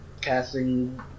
casting